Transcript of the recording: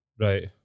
Right